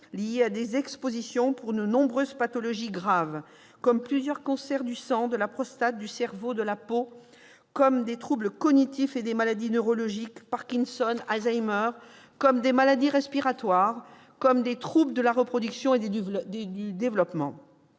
liés à des expositions pour de nombreuses pathologies graves : plusieurs cancers- du sang, de la prostate, du cerveau, de la peau -, des troubles cognitifs et des maladies neurologiques- Parkinson, Alzheimer ...-, des maladies respiratoires et des troubles de la reproduction et du développement.